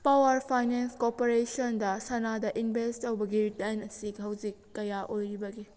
power finance ꯀꯣꯄꯔꯦꯁꯟꯗ ꯁꯅꯥꯗ invest ꯇꯧꯕꯒꯤ ꯔꯤꯇꯔꯟ ꯑꯁꯤ ꯍꯧꯖꯤꯛ ꯀꯌꯥ ꯑꯣꯏꯔꯤꯕꯒꯦ